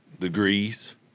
Degrees